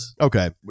Okay